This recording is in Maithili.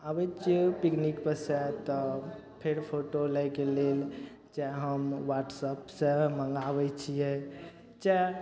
आबय छियै पिकनिकपर सँ तऽ फेर फोटो लएके लेल से हम वाट्सपसँ मङ्गाबय छियै च